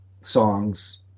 songs